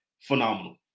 phenomenal